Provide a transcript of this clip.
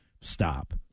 Stop